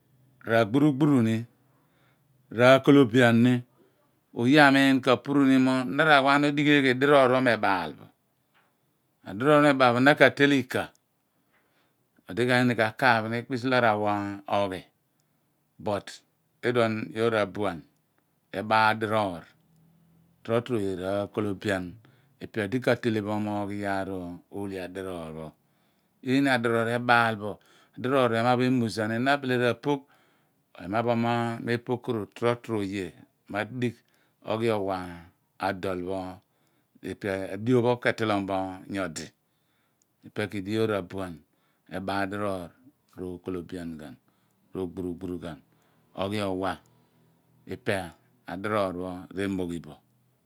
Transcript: Ragbu gburu m, raakolobian ni oye amiin wa pum ni mo na ra wa ghan odighi eeghe diroor pho me baal bo adiroor pho ebaal bo na ka fele ika odi eem ka kaaph eem ekpisi dira wa ghan oghi bul lewon awe obuan, ebaal diroor torotoro oye r` aakolobian ipe odi ke atele bo owa iyaar ohle adiroor pho iini adiroor pho ebaal bo ehma emuza ni, na bile ra pogh ehma pho me pokiro torotro ma digh oghi owa adul pho r` ipe adio pho ke to lom bo nyodi ipe kh uii yoor abuan ebaal diroor yoor rooko lobian ghan ogbugburu oghi owa ipe adiroor pho r´emoghs bo